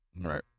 Right